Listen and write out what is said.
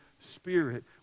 Spirit